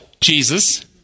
Jesus